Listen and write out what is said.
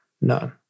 None